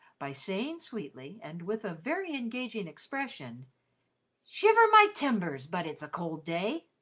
by saying sweetly, and with a very engaging expression shiver my timbers, but it's a cold day!